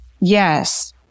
Yes